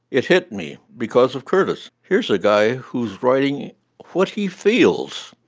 it hit me because of curtis. here's a guy who's writing what he feels.